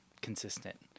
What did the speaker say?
consistent